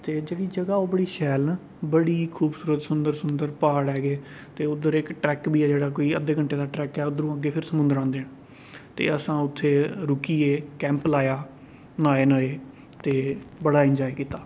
ते जेह्ड़ी जगह ओह् बड़ी शैल न बड़ी खूबसूरत सुंदर सुंदर प्हाड़ हैगे ते ओद्धर इक ट्रैक बी ऐ जेह्ड़ा कोई अद्धे घैंटे दा ट्रैक ऐ उद्धरूं अग्गै फिर समुंदर आंदे न ते असां उत्थै रूकी गे कैंप लाया न्हाए न्हूए ते बड़ा इंजाय कीता